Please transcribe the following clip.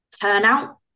turnout